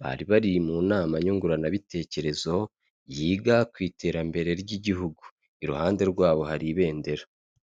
bari bari mu nama nyunguranabitekerezo yiga ku iterambere ry'igihugu, iruhande rwabo hari ibendera.